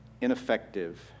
ineffective